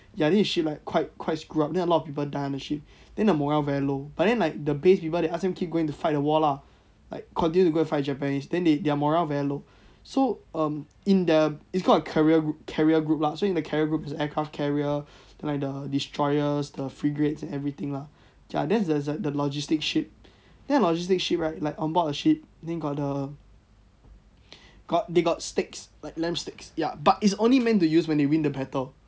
ya then the ship like quite quite screw up then a lot of people doe on the ship then the moral very low but then like the base people that ask them keep go and fight the war lah like continue to go and fight japanese then they their moral very low so um in the it's called the carrier carrier group lah so in the carrier group it's the aircraft carrier then like the destryoers the grefates and everything lah ya that's the logistic ship then the logistic ship right like onboard the ship then got the got they got sticks like lunch sticks ya but it's only meant to use when they win the battle